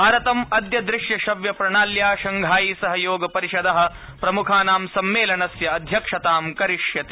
भारतम् अद्य दृश्यश्रव्यप्रणाल्या शंघाई सहयोग परिषदः प्रम्खाना सम्मेलनस्य अध्यक्षता करिष्यति